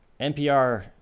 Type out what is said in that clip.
NPR